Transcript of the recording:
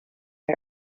her